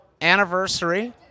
anniversary